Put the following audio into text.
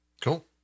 Cool